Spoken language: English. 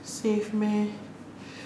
safe meh